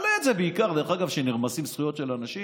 הוא יעלה את זה בעיקר כשנרמסות זכויות של אנשים,